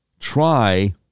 Try